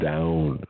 Down